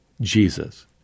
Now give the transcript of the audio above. Jesus